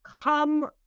come